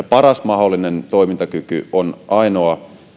paras mahdollinen toimintakyky on ainoa